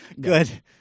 good